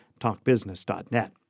talkbusiness.net